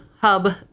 hub